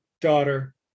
daughter